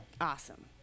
Awesome